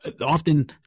often